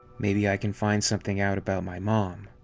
maybe i can find something out about my mom.